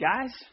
Guys